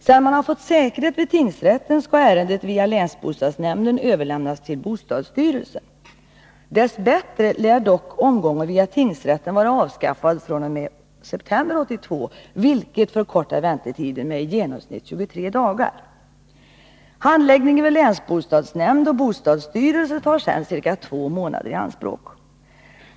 Sedan man fått ”säkerhet” vid tingsrätten skall ärendet via länsbostadsnämnden överlämnas till bostadsstyrelsen. Dess bättre lär dock omgången via tingsrätten vara avskaffad fr.o.m. september 1982, vilket förkortat väntetiden med i genomsnitt 23 dagar. Handläggningen vid länsbostadsnämnd och bostadsstyrelse tar sedan ca 2 månader.